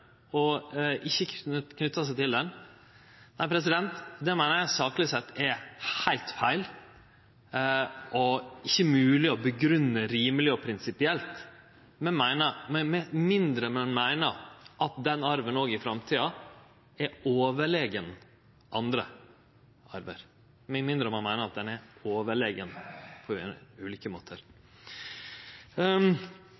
og som ikkje knyter seg til han? Det meiner eg sakleg sett er heilt feil og ikkje mogleg å grunngje rimeleg og prinsipielt med mindre ein meiner at den arven òg i framtida er overlegen annan arv og med mindre ein meiner han er overlegen på ulike